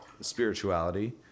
spirituality